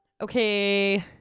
Okay